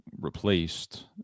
replaced